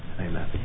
Amen